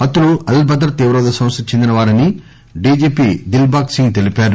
హతులు అల్ బదర్ తీవ్రవాద సంస్గకు చెందిన వారని డిజిపి దిల్బాగ్ సింగ్ తెలిపారు